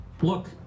look